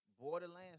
Borderlands